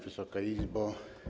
Wysoka Izbo!